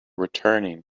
returning